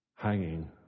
Hanging